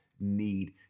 need